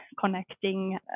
connecting